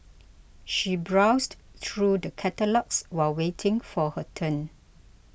she browsed through the catalogues while waiting for her turn